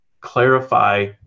clarify